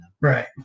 Right